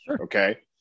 Okay